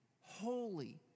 holy